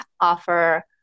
offer